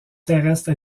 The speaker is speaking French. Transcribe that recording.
terrestres